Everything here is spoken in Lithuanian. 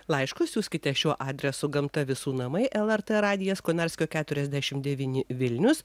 laiškus siųskite šiuo adresu gamta visų namai lrt radijas konarskio keturiasdešim devyni vilnius